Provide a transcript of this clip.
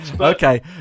Okay